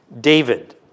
David